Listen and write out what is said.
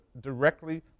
directly